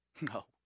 No